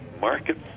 market